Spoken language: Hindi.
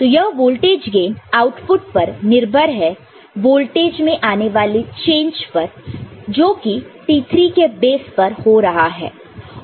तो यह वोल्टेज गैन आउटपुट पर निर्भर है वोल्टेज में आने वाले चेंज पर जो कि T3 के बेस पर हो रहा है